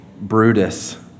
Brutus